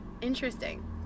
interesting